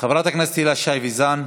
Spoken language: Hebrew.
חברת הכנסת הילה שי וזאן,